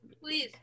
Please